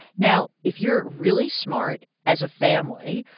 now, if you're really smart as a family,